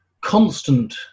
constant